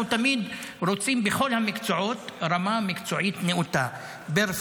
אנחנו תמיד רוצים רמה מקצועית נאותה בכל המקצועות,